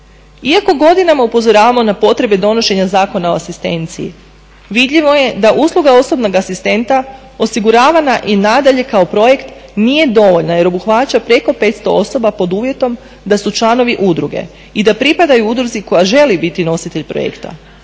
Iako godinama upozoravamo na potrebe donošenja Zakona o asistenciji vidljivo je da usluga osobnog asistenta osiguravana i nadalje kao projekt nije dovoljna jer obuhvaća preko 500 osoba pod uvjetom da su članovi udruge i da pripadaju udruzi koja želi biti nositelj projekta.